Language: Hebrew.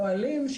אוהלים,